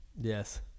Yes